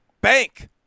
Bank